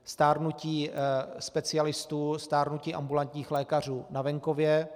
Stárnutí specialistů, stárnutí ambulantních lékařů na venkově.